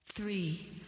Three